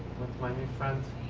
my new friend